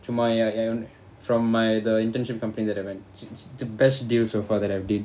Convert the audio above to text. to my i~ m~ from my the internship company that I went si~ s~ it's the best deal so far that I've did